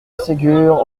ségur